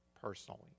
personally